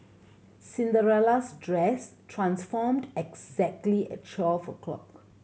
Cinderella's dress transformed exactly at twelve o'clock